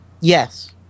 Yes